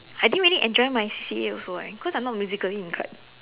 I didn't really enjoy my C_C_A also eh cause I'm not musically inclined